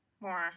more